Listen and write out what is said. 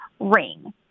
ring